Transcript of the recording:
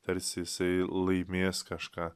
tarsi jisai laimės kažką